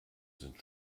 sind